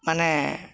ମାନେ